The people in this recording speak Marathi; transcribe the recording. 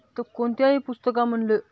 तर कोणत्याही पुस्तकामधलं